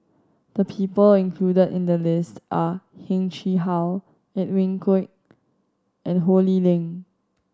the people included in the list are Heng Chee How Edwin Koek and Ho Lee Ling